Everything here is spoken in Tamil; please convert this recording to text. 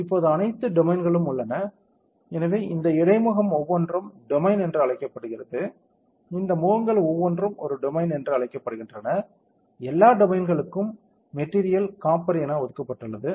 எனவே இப்போது அனைத்து டொமைன்களும் உள்ளன எனவே இந்த இடைமுகம் ஒவ்வொன்றும் டொமைன் என்று அழைக்கப்படுகிறது இந்த முகங்கள் ஒவ்வொன்றும் ஒரு டொமைன் என்று அழைக்கப்படுகின்றன எல்லா டொமைன்களுக்கும் மெட்டீரியல் காப்பர் என ஒதுக்கப்பட்டுள்ளது